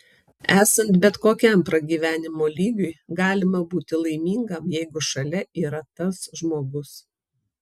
esant bet kokiam pragyvenimo lygiui galima būti laimingam jeigu šalia yra tas žmogus